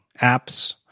apps